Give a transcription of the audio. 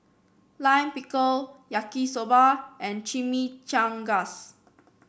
Lime Pickle Yaki Soba and Chimichangas